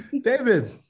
David